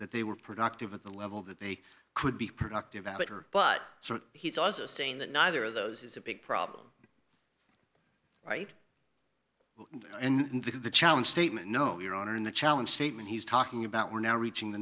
that they were productive at the level that they could be productive at are but he's also saying that neither of those is a big problem right and this is the challenge statement no your honor in the challenge statement he's talking about we're now reaching the